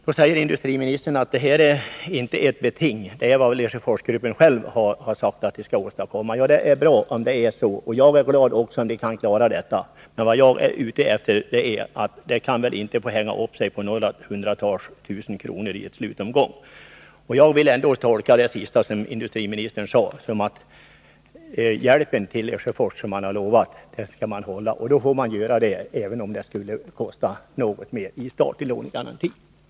Nu säger industriministern att det inte är fråga om något beting utan om vad Lesjöforsgruppen själv har sagt att man skall åstadkomma. Det är bra om det är så, och jag är glad om vi kan genomföra detta. Vad jag är ute efter är dock att det inte kan få hänga upp sig på några hundratusental kronor i en slutomgång. Jag vill trots allt tolka det sista som industriministern sade så, att man skall hålla det givna löftet om hjälp till Lesjöfors. Det får man i så fall göra, även om det skulle kosta något mer i form av statlig lånegaranti.